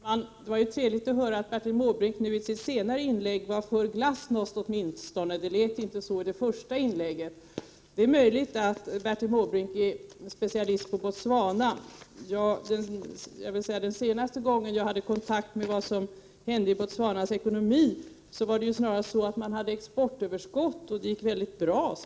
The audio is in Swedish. Herr talman! Det var trevligt att i Bertil Måbrinks senare inlägg få höra att han åtminstone var för glasnost. Det lät inte så i det första inlägget. Det är möjligt att Bertil Måbrink är specialist på Botswana. Den senaste gången jag hörde om läget i Botswanas ekonomi var det snarast så, att man hade ett exportöverskott och att det gick mycket bra.